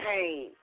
pain